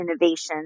innovation